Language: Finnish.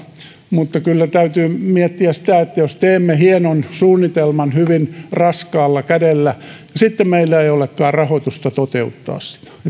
mutta kyllä täytyy miettiä sitä jos teemme hienon suunnitelman hyvin raskaalla kädellä ja sitten meillä ei olekaan rahoitusta toteuttaa sitä ja